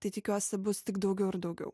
tai tikiuosi bus tik daugiau ir daugiau